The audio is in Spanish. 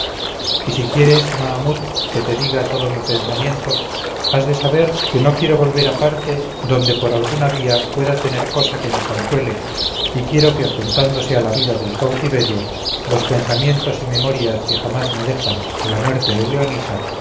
y si quieres mahamut que te diga todo mi pensamiento has de saber que no quiero volver a parte donde por alguna vía pueda tener cosa que me consuele y quiero que juntándose a la vida del cautiverio los pensamientos y memorias que jamás me dejan de la muerte de leonisa